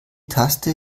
taste